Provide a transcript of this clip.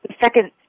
second